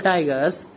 Tigers